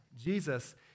Jesus